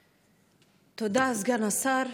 תודה, סגן השר.